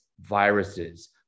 viruses